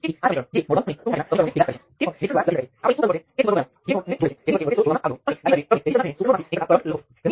તેથી આ બંનેમાં હું આને k G23 V2 V3 સાથે બદલીશ અને અહીં પણ k G23 V2 V3 હશે